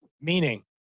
meaning